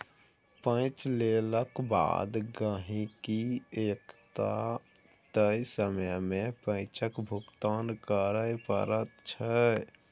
पैंच लेलाक बाद गहिंकीकेँ एकटा तय समय मे पैंचक भुगतान करय पड़ैत छै